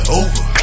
over